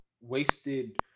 wasted